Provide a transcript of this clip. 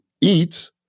eat